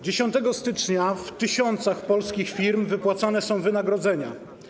10 stycznia w tysiącach polskich firm wypłacane są wynagrodzenia.